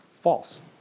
false